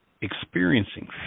experiencing